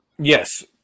Yes